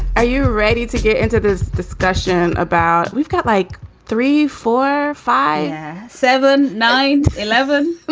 are you ready to get into this discussion about we've got like three, four, five seven nine eleven,